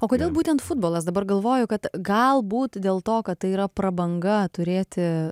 o kodėl būtent futbolas dabar galvoju kad galbūt dėl to kad tai yra prabanga turėti